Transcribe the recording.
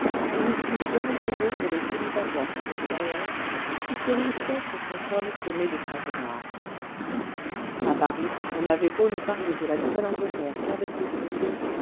et le plus dangereux pour les célibataires sans exj érience qui se risquaient sur son sol semé de traquenards a paris on avait beau ne parler de la nouvelle-angleterre qu'avec des sourires